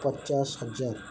ପଚାଶ ହଜାର